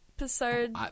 Episode